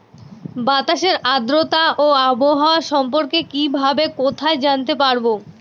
বাতাসের আর্দ্রতা ও আবহাওয়া সম্পর্কে কিভাবে কোথায় জানতে পারবো?